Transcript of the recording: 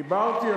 דיברתי,